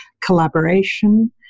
collaboration